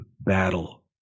battle